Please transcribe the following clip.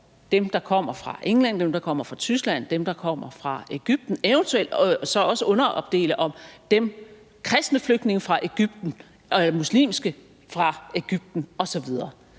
dem, der kommer fra England, dem, der kommer fra Tyskland, dem, der kommer fra Egypten, og så eventuelt også underopdele dem i kristne flygtninge fra Egypten, muslimske flygtninge